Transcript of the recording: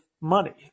money